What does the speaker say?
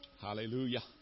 Hallelujah